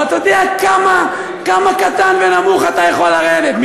ואתה יודע כמה קטן ונמוך אתה יכול לרדת?